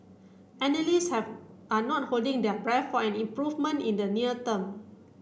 analysts have are not holding their breath for an improvement in the near term